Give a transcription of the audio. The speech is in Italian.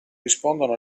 rispondono